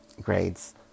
grades